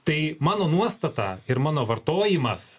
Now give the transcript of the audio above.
tai mano nuostata ir mano vartojimas